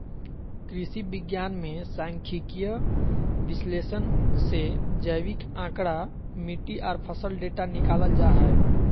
कृषि विज्ञान मे सांख्यिकीय विश्लेषण से जैविक आंकड़ा, मिट्टी आर फसल डेटा निकालल जा हय